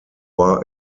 war